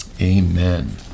Amen